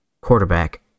quarterback